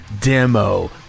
demo